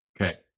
Okay